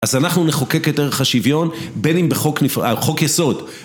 אז אנחנו נחוקק את ערך השוויון בין אם בחוק נפרד, חוק יסוד